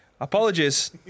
apologies